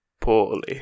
poorly